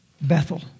Bethel